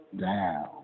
down